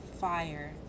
fire